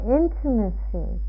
intimacy